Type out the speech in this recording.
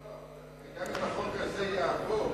גם אם החוק הזה יעבור,